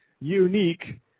unique